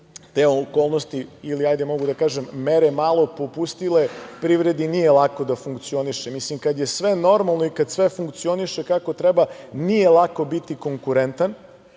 te okolnosti ili mogu da kažem mere malo popustile, privredni nije lako da funkcioniše. Mislim, kada je sve normalno i kada sve funkcioniše kako treba nije lako biti konkurentan,